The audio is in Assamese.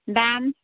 দাম